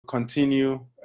continue